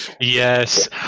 Yes